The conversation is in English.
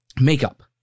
makeup